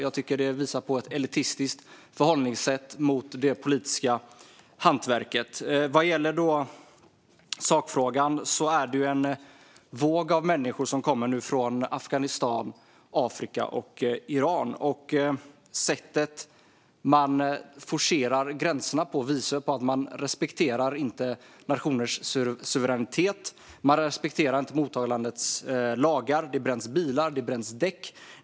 Jag tycker att det visar på ett elitistiskt förhållningssätt till det politiska hantverket. Vad gäller sakfrågan är det en våg av människor som nu kommer från Afghanistan, Afrika och Iran. Sättet man forcerar gränserna på visar på att man inte respekterar nationers suveränitet, och man respekterar inte mottagarlandets lagar. Det bränns bilar, och det bränns däck.